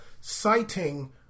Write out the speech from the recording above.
citing